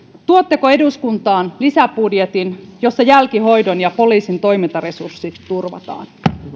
tuotteko eduskuntaan lisäbudjetin jossa jälkihoidon ja poliisin toimintaresurssit turvataan